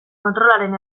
kontrolaren